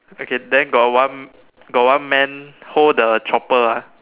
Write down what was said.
okay then got one got one man hold the chopper ah